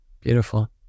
Beautiful